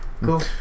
Cool